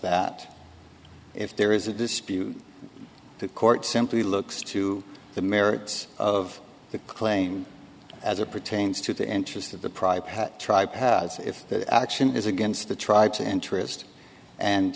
that if there is a dispute the court simply looks to the merits of the claim as it pertains to the interests of the private tripe if the action is against the tried to interest and